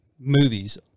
movies